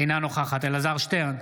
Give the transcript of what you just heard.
אינה נוכחת אלעזר שטרן,